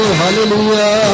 hallelujah